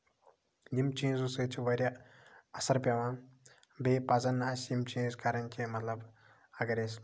یِم چیٖزَو سۭتۍ چھِ واریاہ اَثر پیٚوان بیٚیہِ پَزَن نہٕ اَسہِ یِم چیٖز کَرٕنۍ کیٚنٛہہ مطلب اَگر أسۍ